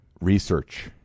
Research